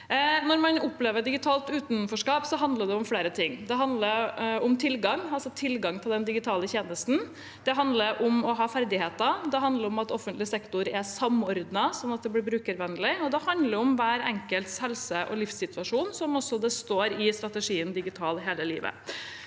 Når man opplever digitalt utenforskap, handler det om flere ting. Det handler om tilgang til den digitale tjenesten, det handler om å ha ferdigheter, det handler om at offentlig sektor er samordnet slik at det blir brukervennlig, og det handler om hver enkelts helse- og livssituasjon, slik det også står i strategien «Digital hele livet».